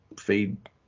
feed